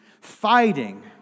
fighting